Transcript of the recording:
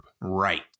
Right